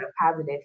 positive